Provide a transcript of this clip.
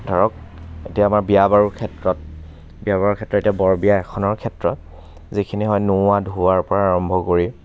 ধৰক এতিয়া আমাৰ বিয়া বাৰুৰ ক্ষেত্ৰত বিয়া বাৰুৰ ক্ষেত্ৰত এতিয়া বৰ বিয়া এখনৰ ক্ষেত্ৰত যিখিনি হয় নোওৱা ধোওৱাৰ পৰা আৰম্ভ কৰি